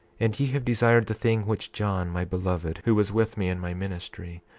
and ye have desired the thing which john, my beloved, who was with me in my ministry,